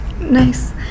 Nice